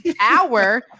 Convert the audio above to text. hour